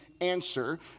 answer